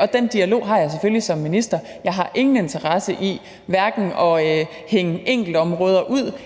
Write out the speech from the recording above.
og den dialog har jeg selvfølgelig som minister. Jeg har ingen interesse i hverken at hænge enkeltområder ud